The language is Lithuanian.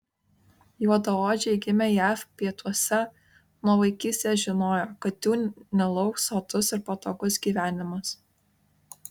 juodaodžiai gimę jav pietuose nuo vaikystės žinojo kad jų nelauks sotus ir patogus gyvenimas